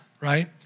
right